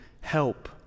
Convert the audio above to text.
help